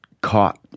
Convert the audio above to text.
caught